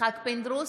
יצחק פינדרוס,